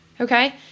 okay